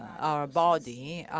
our body,